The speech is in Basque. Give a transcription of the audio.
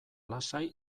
lasai